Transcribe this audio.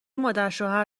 مادرشوهر